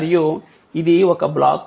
మరియు ఇది ఒక బ్లాక్